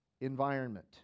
environment